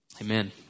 Amen